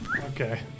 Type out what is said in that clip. Okay